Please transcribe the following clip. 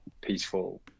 peaceful